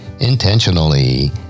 intentionally